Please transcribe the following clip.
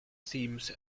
seems